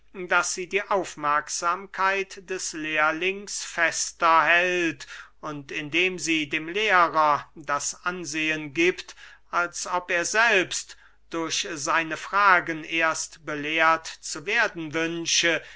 daß sie die aufmerksamkeit des lehrlings fester hält und indem sie dem lehrer das ansehen giebt als ob er selbst durch seine fragen erst belehrt zu werden wünsche